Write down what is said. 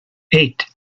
eight